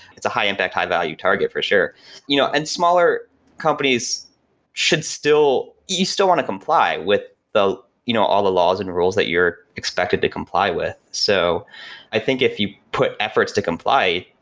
it's a high-impact high value target for sure you know and smaller companies should still you still want to comply with you know all the laws and rules that you're expected to comply with. so i think if you put efforts to comply,